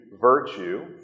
virtue